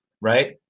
right